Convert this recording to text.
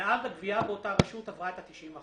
ומאז הגבייה באותה רשות עברה את ה-90%,